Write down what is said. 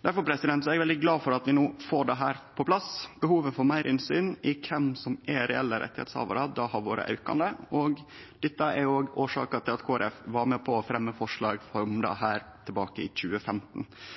Difor er eg veldig glad for at vi no får dette på plass. Behovet for meir innsyn i kven som er reelle rettshavarar, har vore aukande, og dette er òg årsaka til at Kristeleg Folkeparti var med på å fremje forslag om dette i 2015.